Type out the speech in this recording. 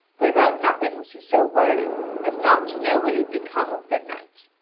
but about nothing was he so worried as not to know what had become of the knight.